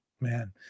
man